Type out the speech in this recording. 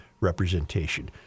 representation